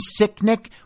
Sicknick